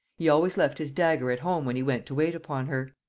he always left his dagger at home when he went to wait upon her.